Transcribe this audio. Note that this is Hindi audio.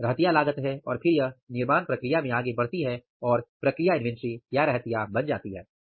इन्वेंटरी लागत है और फिर यह निर्माण प्रक्रिया में आगे बढ़ती है और प्रक्रिया इन्वेंटरी बन जाती है